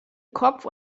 kopf